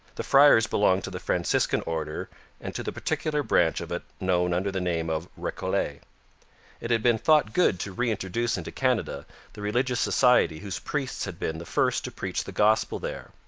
the friars belonged to the franciscan order and to the particular branch of it known under the name of recollets. it had been thought good to reintroduce into canada the religious society whose priests had been the first to preach the gospel there.